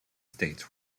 states